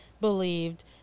believed